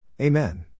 Amen